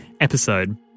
episode